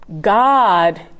God